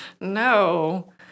No